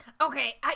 Okay